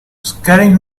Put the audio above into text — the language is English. scaring